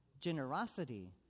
Generosity